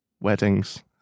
weddings